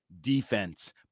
defense